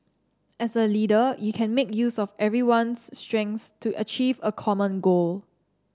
as a leader you can make use of everyone's strengths to achieve a common goal